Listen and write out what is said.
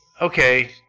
okay